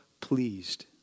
pleased